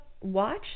Watch